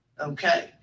okay